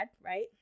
right